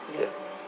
Yes